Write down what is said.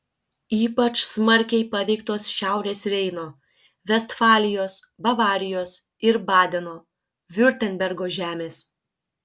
ypač smarkiai paveiktos šiaurės reino vestfalijos bavarijos ir badeno viurtembergo žemės